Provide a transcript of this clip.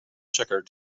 checker